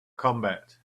combat